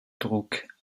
druck